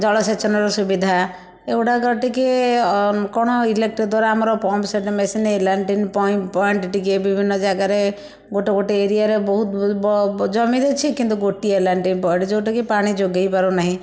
ଜଳସେଚନର ସୁବିଧା ଏଗୁଡ଼ାକ ଟିକେ କଣ ଇଲେକ୍ଟ୍ରି ଦ୍ୱାରା ଆମର pump set machine L and T point ଟିକେ ବିଭିନ୍ନ ଜାଗାରେ ଗୋଟେ ଗୋଟେ ଏରିଆରେ ବହୁତ ଜମି ଅଛି କିନ୍ତୁ ଗୋଟିଏ ଏଲ୍ ଅଣ୍ଡ୍ ଟି ପଏଣ୍ଟ ଯେଉଁଟାକି ପାଣି ଯୋଗେଇ ପାରୁନାହିଁ